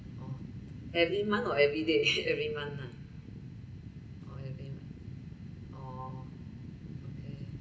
oh every month or every day every month ha oh every month oh okay